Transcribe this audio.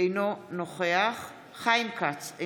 אינו נוכח חיים כץ,